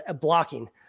blocking